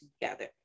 together